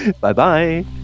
Bye-bye